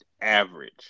average